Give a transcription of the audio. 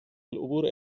العبور